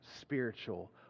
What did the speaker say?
spiritual